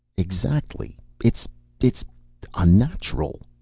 exactly. it's it's unnatural.